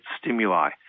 stimuli